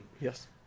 Yes